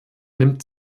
nimmt